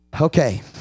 Okay